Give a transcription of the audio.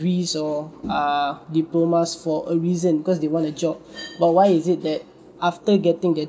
or err diplomas for a reason cause they want a job but why is it that after getting the